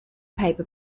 paper